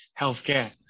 Healthcare